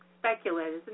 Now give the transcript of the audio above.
speculators